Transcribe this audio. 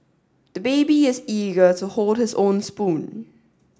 the baby is eager to hold his own spoon